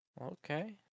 Okay